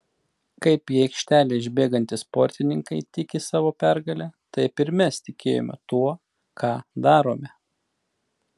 kaip į aikštelę išbėgantys sportininkai tiki savo pergale taip ir mes tikėjome tuo ką darome